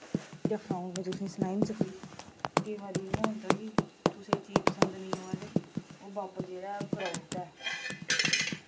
के आक्खां अऊं में तुसें सनाई निं सकदी केईं बारी इयां होंदा कि कुसै ई चीज पसंद नेईं होऐ ते ओह् बापस जेह्ड़ा ऐ कराउड़ दा ऐ